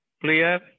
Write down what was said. clear